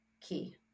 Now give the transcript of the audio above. key